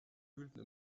wühlten